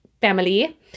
family